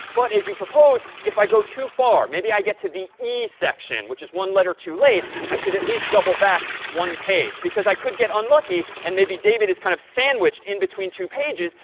but as you propose, if i go too far maybe i get to the e section, which is one letter too late i should at least double back one page. because i could get unlucky, and maybe david is kind of sandwiched in between two pages,